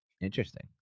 Interesting